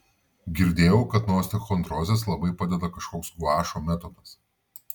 girdėjau kad nuo osteochondrozės labai padeda kažkoks guašo metodas